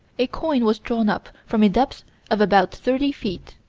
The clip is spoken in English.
a coin was drawn up from a depth of about thirty feet.